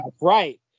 Right